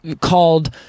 called